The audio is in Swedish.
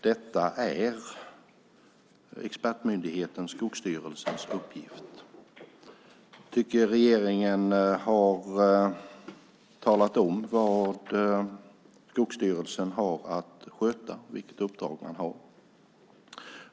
Detta är expertmyndigheten Skogsstyrelsens uppgift. Regeringen har talat om vad Skogsstyrelsen har att sköta, vilket uppdrag den har.